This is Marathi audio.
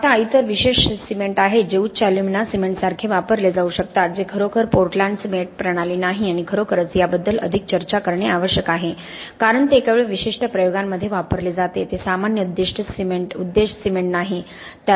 आता इतर विशेष सिमेंट आहेत जे उच्च एल्युमिना सिमेंट सारखे वापरले जाऊ शकतात जे खरोखर पोर्टलँड सिमेंट प्रणाली नाही आणि खरोखरच याबद्दल अधिक चर्चा करणे आवश्यक आहे कारण ते केवळ विशिष्ट प्रयोगांमध्ये वापरले जाते ते सामान्य उद्देश सिमेंट नाही